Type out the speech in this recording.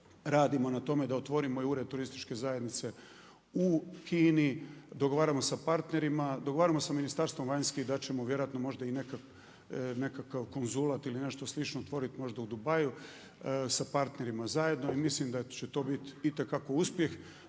Radimo na tome da otvorimo i ured turističke zajednice u Kini, dogovaramo sa partnerima, dogovaramo sa Ministarstvom vanjskih i dat ćemo vjerojatno možda i nekakav konzulat ili nešto slično otvoriti možda u Dubaiju sa partnerima zajedno i mislim da će to biti itekako uspjeh